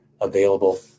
available